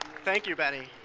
thank you, benny.